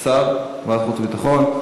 השר, ועדת החוץ והביטחון?